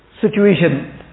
situation